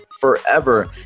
Forever